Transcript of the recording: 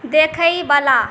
देखयवला